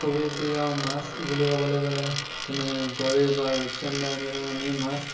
খুবেই প্ৰিয় মাছ বুলি ক'বলৈ গ'লে যেনে গৰৈ বা ৰূপচণ্ডা এনেধৰণৰ আমি মাছ